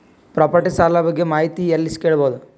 Property ಸಾಲ ಬಗ್ಗೆ ಮಾಹಿತಿ ಎಲ್ಲ ಕೇಳಬಹುದು?